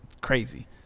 crazy